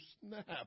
snap